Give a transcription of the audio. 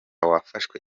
wafashe